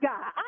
God